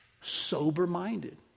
Sober-minded